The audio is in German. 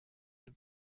dem